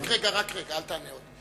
רק רגע, אל תענה עוד.